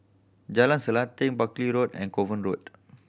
Jalan Selanting Buckley Road and Kovan Road